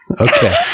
Okay